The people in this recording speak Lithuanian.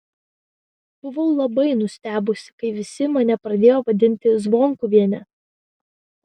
buvau labai nustebusi kai visi mane pradėjo vadinti zvonkuviene